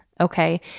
okay